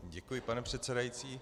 Děkuji, pane předsedající.